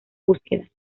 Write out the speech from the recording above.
búsqueda